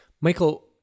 Michael